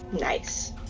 Nice